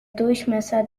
durchmesser